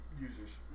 users